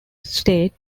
state